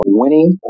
winning